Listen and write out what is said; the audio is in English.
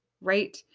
right